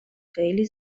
خیلی